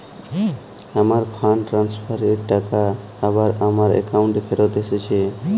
আমার fund transfer এর টাকা আবার আমার একাউন্টে ফেরত এসেছে